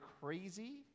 crazy